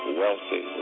wealthy